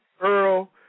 Earl